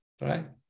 right